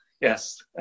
Yes